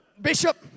Bishop